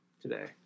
today